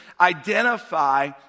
identify